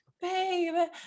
Babe